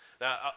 Now